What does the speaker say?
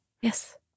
Yes